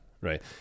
Right